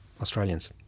Australians